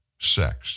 sex